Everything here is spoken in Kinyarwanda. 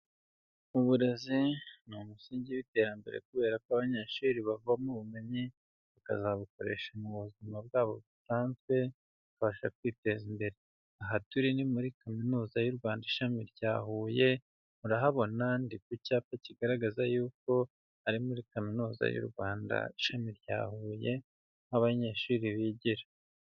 Uburezi ni umusingi w'iterambere; kubera ko abanyeshuri bavamo ubumenyi, bakazabukoresha mu buzima bwabo busanzwe babasha kwiteza imbere. Aha turi ni muri kaminuza y'u Rwanda, ishami rya Huye; murahabona ndi ku cyapa kigaragaza yuko ari muri kaminuza y'u Rwanda, ishami rya Huye, aho abanyeshuri bigira.